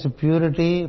purity